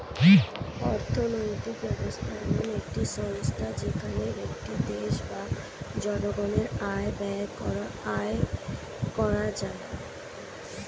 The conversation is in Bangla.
অর্থনৈতিক ব্যবস্থা এমন একটি সংস্থা যেখানে একটি দেশ বা জনগণের আয় ব্যয় করা হয়